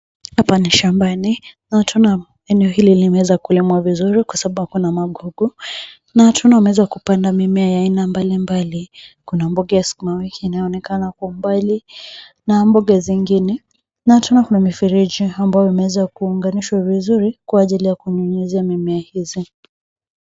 Hapa ni shambani na tunaona eneo hili limeweza kulimwa vizuri kwa sababu hakuna magugu na tunaona wameweza kupanda mimea ya aina mbalimbali. Kuna mboga ya skuma wiki inayoonekana kwa umbali na mboga zingine na tunaona kuna mifereji ambayo imeweza kuunganishwa vizuri kwa ajili ya kunyunyizia mimea hizi.